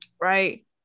Right